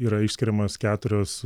yra išskiriamos keturios